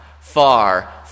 far